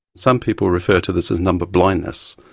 some people refer to this as number blindness.